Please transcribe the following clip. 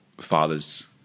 father's